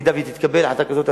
אם אקבל החלטה כזאת,